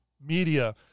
media